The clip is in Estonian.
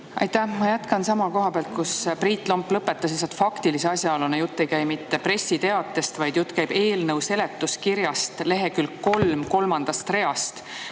Aitäh! Ma jätkan sama koha pealt, kus Priit Lomp lõpetas. Lihtsalt faktilise asjaoluna: jutt ei käi mitte pressiteatest, vaid jutt käib eelnõu seletuskirjast, mille leheküljel 3 kolmandas reas